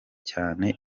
cyane